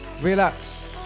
relax